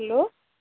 hello